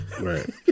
right